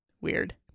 Weird